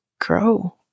grow